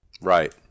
Right